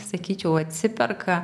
sakyčiau atsiperka